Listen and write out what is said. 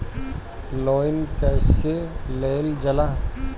Loan कईसे लेल जाला?